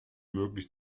möglich